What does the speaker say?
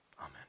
Amen